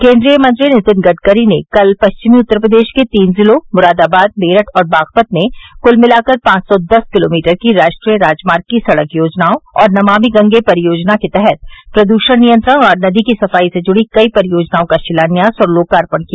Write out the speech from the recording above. केन्द्रीय मंत्री नीतिन गडकरी ने कल पश्चिमी उत्तर प्रदेश के तीन जिलों मुरादाबाद मेरठ और बागपत में कुल मिलाकर पांच सौ दस किलोमीटर की राष्ट्रीय राजमार्ग की सड़क योजनाओं और नमामि गंगे परियोजना के तहत प्रदूषण नियंत्रण और नदी की सफाई से जुड़ी कई परियोजनाओं का शिलान्यास और लोकार्पण किया